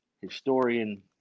historian